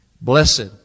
Blessed